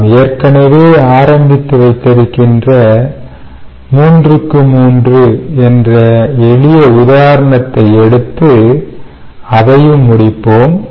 நாம் ஏற்கனவே ஆரம்பித்து வைத்திருக்கின்ற 3 x 3 என்ற எளிய உதாரணத்தை எடுத்து அதையும் முடிப்போம்